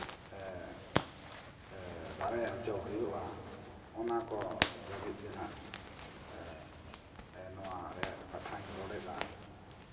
ᱫᱟᱨᱮ ᱦᱚᱪᱚ ᱦᱩᱭᱩᱜᱼᱟ ᱚᱱᱟᱠᱚ ᱞᱟᱹᱜᱤᱫᱜᱮ ᱦᱟᱸᱜ ᱱᱚᱣᱟ ᱨᱮᱭᱟᱜ ᱠᱟᱛᱷᱟᱧ ᱨᱚᱲᱮᱫᱟ